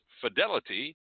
fidelity